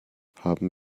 haben